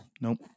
Nope